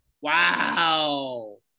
Wow